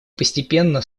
постепенно